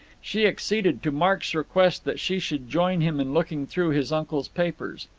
she acceded to mark's request that she should join him in looking through his uncle's papers.